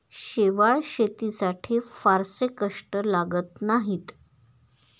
शेवाळं शेतीसाठी फारसे कष्ट लागत नाहीत